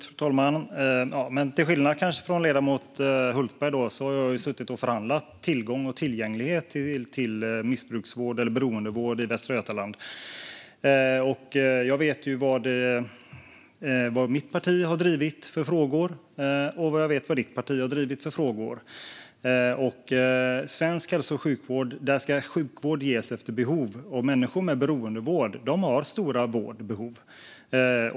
Fru talman! Kanske till skillnad från ledamoten Hultberg har jag suttit och förhandlat om tillgång till och tillgänglighet när det gäller beroendesjukvård i Västra Götaland. Jag vet vilka frågor mitt parti har drivit, och jag vet vilka frågor ditt parti har drivit, Johan Hultberg. I svensk hälso och sjukvård ska sjukvård ges efter behov. Människor med beroende har stora vårdbehov.